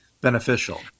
beneficial